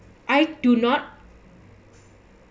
I do not